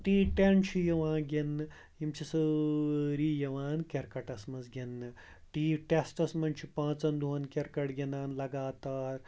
T ten چھِ یِوان گِںٛدنہٕ یِم چھِ سٲری یِوان کِرکَٹَس منٛز گِنٛدنہٕ ٹی ٹٮ۪سٹَس منٛز چھِ پانٛژَن دۄہَن کِرکَٹ گِنٛدان لگاتار